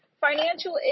financial